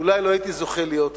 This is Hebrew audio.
אולי לא הייתי זוכה להיות כאן.